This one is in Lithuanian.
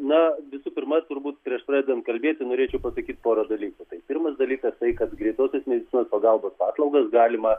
na visų pirma turbūt prieš pradedant kalbėti norėčiau pasakyt porą dalykų tai pirmas dalykas tai kad greitosios medicinos pagalbos paslaugas galima